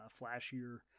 flashier